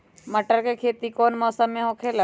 मटर के खेती कौन मौसम में होखेला?